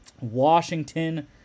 Washington